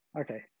Okay